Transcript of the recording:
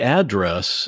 address